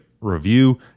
review